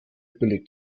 billig